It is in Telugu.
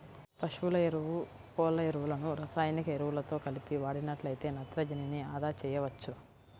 పశువుల ఎరువు, కోళ్ళ ఎరువులను రసాయనిక ఎరువులతో కలిపి వాడినట్లయితే నత్రజనిని అదా చేయవచ్చు